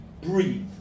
breathe